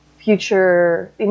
future